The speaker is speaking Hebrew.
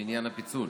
בעניין הפיצול.